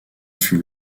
fut